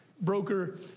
Broker